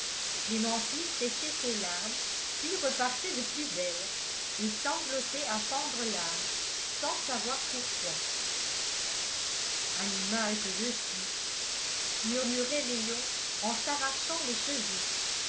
clémentine séchait ses larmes puis repartait de plus belle et sanglotait à fendre l'âme sans savoir pourquoi animal que je suis murmurait léon en s'arrachant les cheveux